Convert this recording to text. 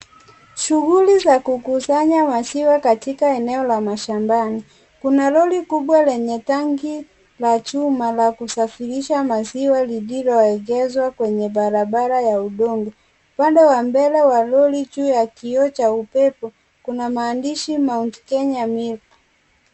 Shughuli za kukusanya maziwa katika eneo la mashambani. Kuna lorri kubwa lenye tanki la chuma la kusafirisha maziwa lililoegeshwa kwenye barabara ya udongo. Upande wa mbele ya lorri juu ya kioo cha upepo kuna maandishi Mount Kenya milk .